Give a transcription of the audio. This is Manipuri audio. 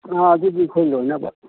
ꯑꯥ ꯑꯗꯨꯗꯤ ꯑꯩꯈꯣꯏ ꯂꯣꯏꯅꯕ